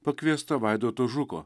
pakviesto vaidoto žuko